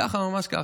ככה, ממש כך.